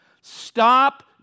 Stop